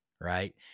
right